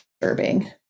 disturbing